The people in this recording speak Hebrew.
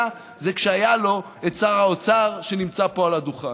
הייתה כשהיה לו את שר האוצר שנמצא פה על הדוכן.